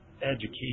education